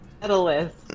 medalist